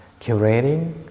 curating